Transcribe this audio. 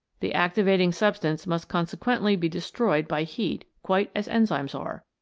the activating substance must consequently be destroyed by heat quite as enzymes are.